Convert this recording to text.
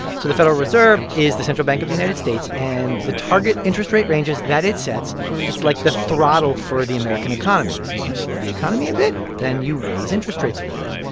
so the federal reserve is the central bank of the united states. and the target interest rate ranges that it sets it's like the throttle for the american economy. you want to slow the economy a bit? then you raise interest rates a little bit.